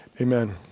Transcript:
amen